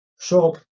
shop